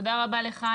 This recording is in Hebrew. תודה רבה לך,